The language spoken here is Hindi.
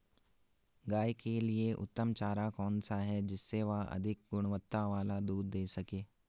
गाय के लिए उत्तम चारा कौन सा है जिससे वह अधिक गुणवत्ता वाला दूध दें सके?